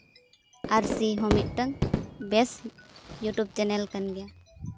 ᱟᱹᱨᱥᱤ ᱦᱚᱸ ᱢᱤᱫᱴᱟᱱ ᱵᱮᱥ ᱤᱭᱩᱴᱩᱵᱽ ᱪᱮᱱᱮᱞ ᱠᱟᱱ ᱜᱮᱭᱟ